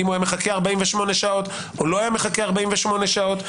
כי אם הוא היה מחכה 48 שעות או לא היה מחכה 48 שעות,